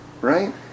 right